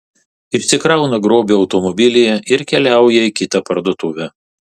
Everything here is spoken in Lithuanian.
išsikrauna grobį automobilyje ir keliauja į kitą parduotuvę